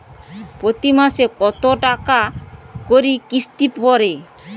প্রতি মাসে কতো টাকা করি কিস্তি পরে?